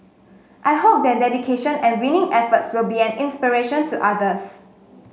I hope their dedication and winning efforts will be an inspiration to others